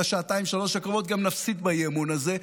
השעתיים-שלוש הקרובות: גם נפסיד באי-אמון הזה.